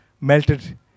melted